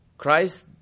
Christ